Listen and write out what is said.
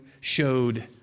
showed